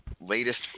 latest